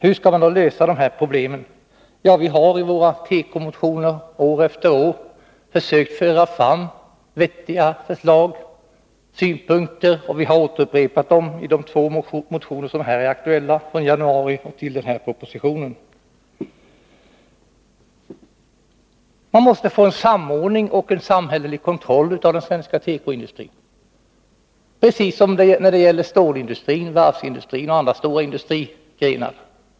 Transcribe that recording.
Hur skall man då lösa dessa problem? Vi har i våra tekomotioner år efter år försökt föra fram vettiga förslag och synpunkter, och vi har upprepat dem ide två motioner som nu är aktuella, den ena väckt i januari och den andra med anledning av den nu framlagda propositionen. Man måste få en samordning och en samhällelig kontroll av den svenska tekoindustrin, precis som när det gäller stålindustrin, varvsindustrin och andra stora industrigrenar.